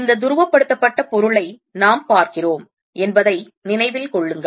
இந்த துருவப்படுத்தப்பட்ட பொருளை நாம் பார்க்கிறோம் என்பதை நினைவில் கொள்ளுங்கள்